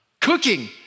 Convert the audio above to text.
Cooking